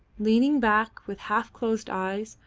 leaning back with half-closed eyes,